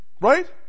Right